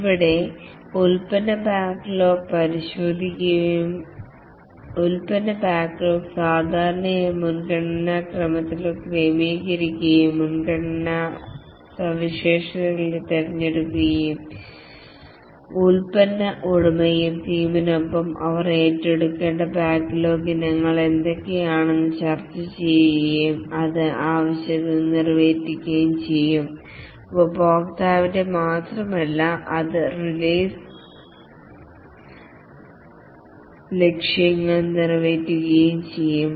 ഇവിടെ product backlog പരിശോധിക്കുകയും product backlog സാധാരണയായി മുൻഗണനാക്രമത്തിൽ ക്രമീകരിക്കുകയും മുൻഗണനാ സവിശേഷതകൾ തിരഞ്ഞെടുക്കുകയും പ്രോഡക്ട് ഉടമയും ടീമിനൊപ്പം അവർ ഏറ്റെടുക്കേണ്ട ബാക്ക്ലോഗ് ഇനങ്ങൾ എന്തൊക്കെയാണെന്ന് ചർച്ചചെയ്യുകയും അത് ആവശ്യകത നിറവേറ്റുകയും ചെയ്യും ഉപഭോക്താവിന്റെ മാത്രമല്ല അത് റിലീസ് ലക്ഷ്യങ്ങൾ നിറവേറ്റുകയും ചെയ്യും